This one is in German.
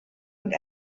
und